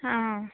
आं